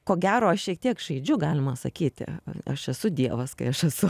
ko gero aš šiek tiek žaidžiu galima sakyti aš esu dievas kai aš esu